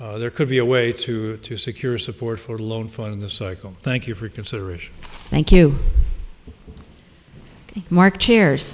there could be a way to to secure support for the loan fund the cycle thank you for consideration thank you mark chairs